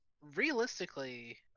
realistically